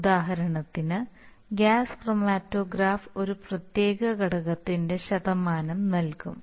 ഉദാഹരണത്തിന് gas chromatograph ഒരു പ്രത്യേക ഘടകത്തിന്റെ ശതമാനം നൽകും